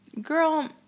Girl